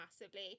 massively